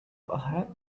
ahead